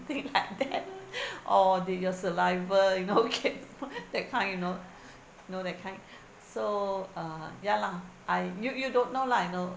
like that or did your saliva you know that that kind you know you know that kind so uh ya lah I you you don't know lah I know